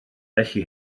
felly